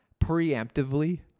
preemptively